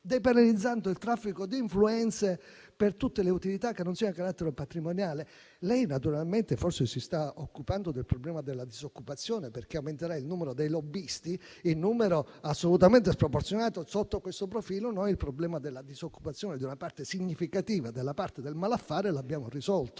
depenalizzando il traffico di influenze per tutte le utilità che non siano a carattere patrimoniale. Lei forse si sta occupando del problema della disoccupazione, perché aumenterà il numero dei lobbisti in modo assolutamente sproporzionato. Sotto questo profilo, il problema della disoccupazione di una parte significativa del malaffare l'abbiamo risolto.